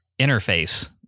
interface